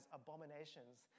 abominations